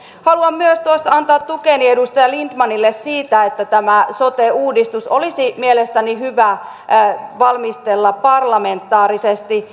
haluan myös tuossa antaa tukeni edustaja lindtmanille siinä että tämä sote uudistus olisi mielestäni hyvä valmistella parlamentaarisesti